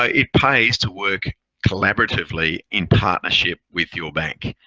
ah it pays to work collaboratively in partnership with your bank.